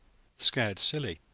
scared silly!